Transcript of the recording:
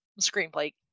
screenplay